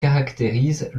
caractérise